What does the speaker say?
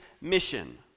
mission